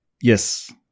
Yes